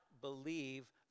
believe